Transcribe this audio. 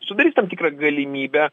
sudarys tam tikrą galimybę